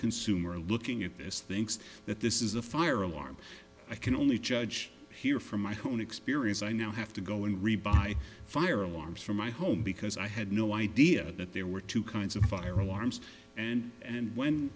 consumer looking at this thinks that this is a fire alarm i can only judge here from my own experience i now have to go and rebuy fire alarms from my home because i had no idea that there were two kinds of fire alarms and